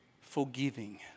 forgiving